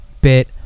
bit